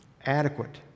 adequate